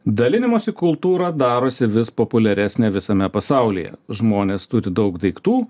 dalinimosi kultūra darosi vis populiaresnė visame pasaulyje žmonės turi daug daiktų